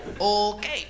Okay